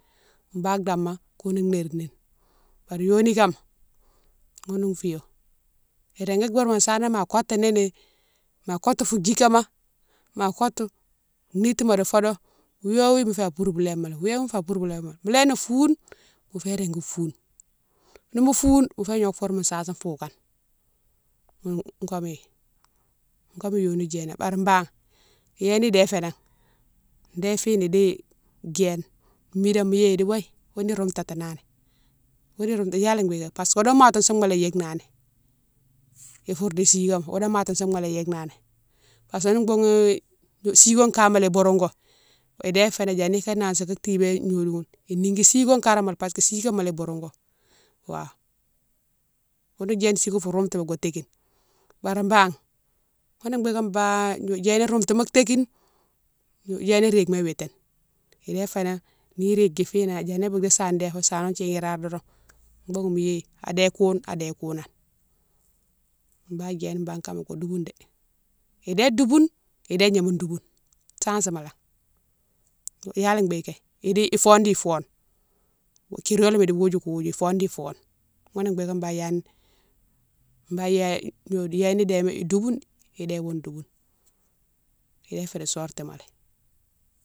Bane dama koune nérini, bari yoni kama ghounou fiyo irégui boumo sana ma kotini ni, ma kotou fou djikéma, ma kotou nitimo di fodo wiwo wi mo fé an probléma lé, wiwowi mofé an probléma lé, mo léni foune mofé régui foune, nimo foune mo fe gnome foure mo sasi fougane komo yike, komo yike yoni djéna bari bane djéni dé fénan dé fini idi djéne midan mo yéye idi waye ghounou roumtatina ni, ghounou roumtou yalé bigué parce que wo domatome souma lé yike lani ioure di sigoma, wo domatone souma lé yike lani parce que boughoune sigone kama lé inbourougo dé fénan diani ikan nansi ka tibé gnodiou ghoune inigui sogone kara malé parce que sigoma lé bourougo wa. Kounou djéne sigoune fo roumtouma go tékine bari bane ghounné bigué bane gnodiou djéna roumtouma tékine, djéna rike ma witine, idé fénan ni riki finan diani ilo di sane défoune, sano thine, rare doron boughoune mo yéye adé koune, adé kounane, bane djéni bane kama go douboune dé. Idé douboune, idé gnama douboune, sansimalé, yalé bigué idi fone di fone criolema id " woudjou kou woudjou" ifone di fone ghounné bigué bane yéne yéni déma idouboune idé wou douboune, idé fénan sortimalé.